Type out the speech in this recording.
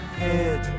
head